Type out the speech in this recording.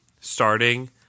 starting